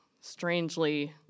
strangely